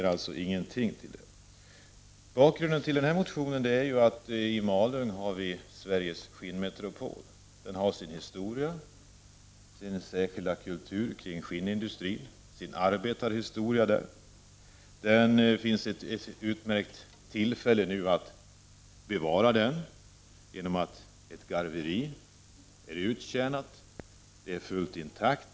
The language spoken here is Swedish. Bakgrunden till motionen är ju att vi i Malung har Sveriges skinnmetropol. Den har sin historia, sin särskilda kultur kring skinnindustrin och sin arbetarhistoria. Det finns ett utmärkt tillfälle att nu bevara denna kultur. Det finns nämligen ett helt intakt garveri som är uttjänt.